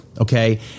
okay